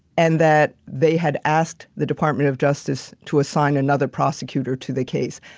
and that they had asked the department of justice to assign another prosecutor to the case.